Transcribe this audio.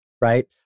Right